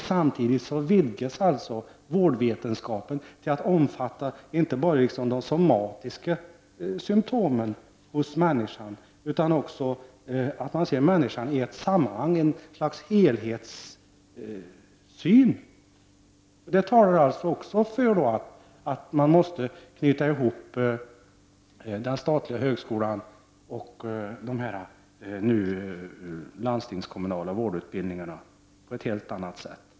Samtidigt vidgas vårdvetenskapen inte bara till att omfatta de somatiska symtomen hos människor utan också till att se människor i ett sammanhang, i ett slags helhetssyn. Det talar för att man måste knyta ihop den statliga högskolan och de landstingskommunala vårdutbildningarna på ett helt annat sätt.